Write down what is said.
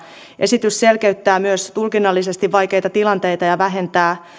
esitys selkeyttää myös tulkinnallisesti vaikeita tilanteita ja vähentää